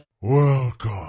Welcome